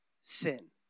sin